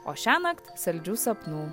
o šiąnakt saldžių sapnų